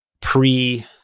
pre